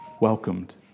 welcomed